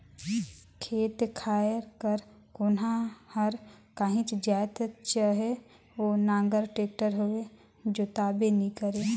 खेत खाएर कर कोनहा हर काहीच जाएत चहे ओ नांगर, टेक्टर होए जोताबे नी करे